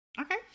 Okay